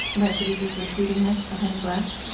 my producers were tweeting this behind the glass